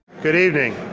good evening.